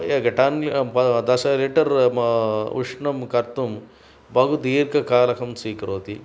एकघण्टा दशलिटर् म उष्णं कर्तुं बहु दीर्घकालः स्वीकरोति